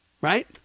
right